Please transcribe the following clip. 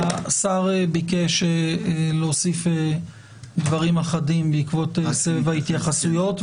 השר ביקש להוסיף דברים אחדים בעקבות סבב ההתייחסויות,